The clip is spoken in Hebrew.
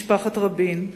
משפחת רבין,